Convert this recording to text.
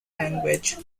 language